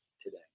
today